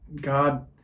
God